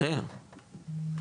יותר,